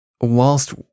whilst